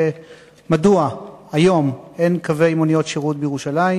מדוע היום אין קווי מוניות שירות בירושלים?